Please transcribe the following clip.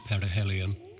perihelion